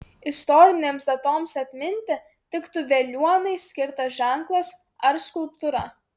istorinėms datoms atminti tiktų veliuonai skirtas ženklas ar skulptūra